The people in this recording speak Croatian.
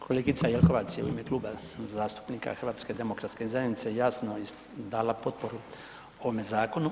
Kolegica Jelkovac je u ime Kluba zastupnika HDZ-a jasno dala potporu ovome zakonu.